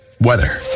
Weather